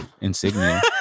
insignia